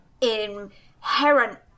inherent